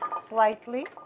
slightly